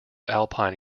alpine